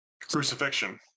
Crucifixion